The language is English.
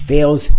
Fails